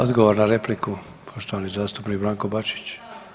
Odgovor na repliku, poštovani zastupnik Branko Bačić.